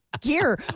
gear